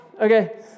Okay